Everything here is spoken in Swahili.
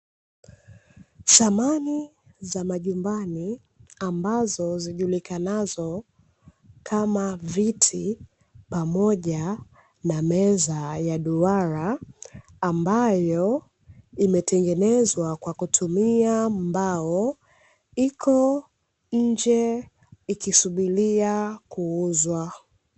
Samani za majumbani ambazo zijulikanazo kama, viti pamoja na meza ya duara ambayo imetengenezwa kwa kutumia mbao iko nje ikisubiria kuuzwa.